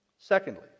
Secondly